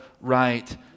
right